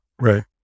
Right